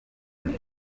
neza